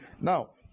Now